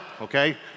Okay